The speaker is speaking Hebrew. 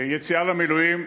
יציאה למילואים,